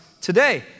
today